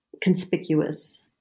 conspicuous